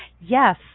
Yes